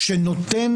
אני מבקש,